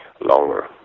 longer